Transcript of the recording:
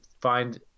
find